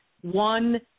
one